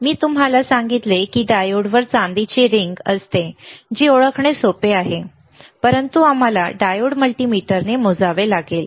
मी तुम्हाला सांगितले की डायोडवर चांदीची अंगठी आहे जी ओळखणे सोपे आहे परंतु आम्हाला डायोड मल्टीमीटरने मोजावे लागेल